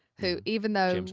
who, even though james